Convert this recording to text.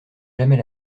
jamais